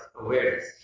awareness